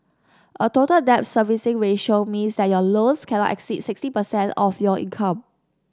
a Total Debt Servicing Ratio means that your loans cannot exceed sixty per cent of your income